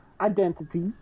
identity